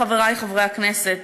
חברי חברי הכנסת,